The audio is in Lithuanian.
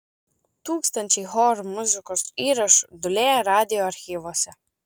tūkstančiai chorų muzikos įrašų dūlėja radijo archyvuose